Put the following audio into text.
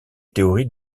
théorie